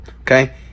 okay